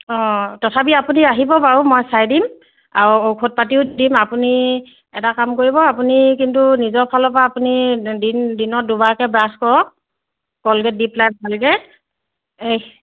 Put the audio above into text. অঁ তথাপি আপুনি আহিব বাৰু মই চাই দিম আৰু ঔষধ পাতিও দিম আপুনি এটা কাম কৰিব আপুনি কিন্তু নিজৰ ফালৰপৰা আপুনি দিন দিনত দুবাৰকৈ ব্ৰাছ কৰক কলগেট দি পেলাই ভালকৈ এই